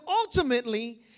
ultimately